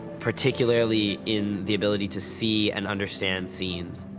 particularly in the ability to see and understand scenes.